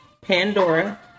Pandora